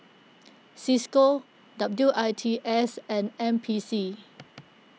Cisco W I T S and N P C